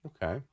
Okay